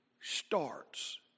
starts